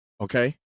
okay